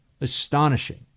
astonishing